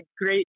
great